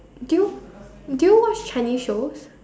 do you do you watch Chinese shows